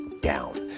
down